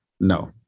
no